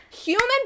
Human